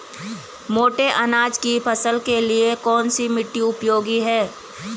मोटे अनाज की फसल के लिए कौन सी मिट्टी उपयोगी है?